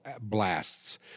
blasts